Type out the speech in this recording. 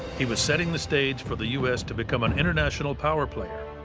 he was setting the stage for the u s. to become an international power player,